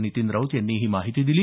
नितीन राऊत यांनी ही माहिती दिली